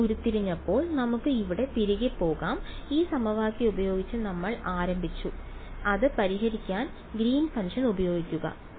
ഇത് ഉരുത്തിരിഞ്ഞപ്പോൾ നമുക്ക് ഇവിടെ തിരികെ പോകാം ഈ സമവാക്യം ഉപയോഗിച്ച് നമ്മൾ ആരംഭിച്ച് അത് പരിഹരിക്കാൻ ഗ്രീൻ ഫംഗ്ഷൻ ഉപയോഗിക്കുക